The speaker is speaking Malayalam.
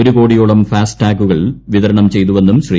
ഒരു കോടിയോളം ഫാസ്ടാഗുകൾ വിതരണം ചെയ്തുവെന്നും ശ്രീ